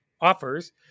offers